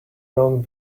long